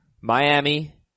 Miami